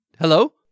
hello